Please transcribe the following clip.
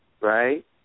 right